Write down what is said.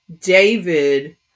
David